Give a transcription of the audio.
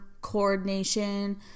coordination